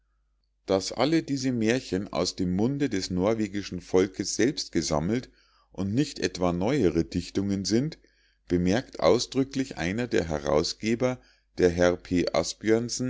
daß alle diese mährchen aus dem munde des norwegischen volkes selbst gesammelt und nicht etwa neuere dichtungen sind bemerkt ausdrücklich einer der herausgeber der herr